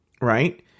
right